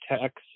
text